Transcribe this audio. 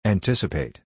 Anticipate